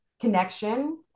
connection